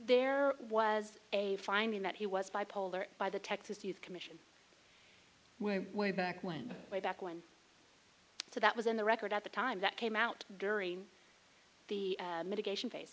there was a finding that he was bipolar by the texas youth commission way way back when way back when so that was in the record at the time that came out during the mitigation